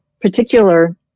particular